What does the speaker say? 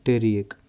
طریٖق